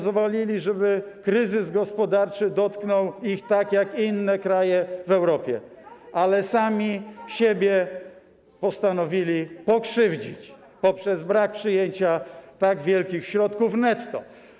nie pozwolili, żeby kryzys gospodarczy dotknął ich tak, jak dotknął inne kraje w Europie, ale sami siebie postanowili skrzywdzić poprzez brak przyjęcia tak wielkich środków netto.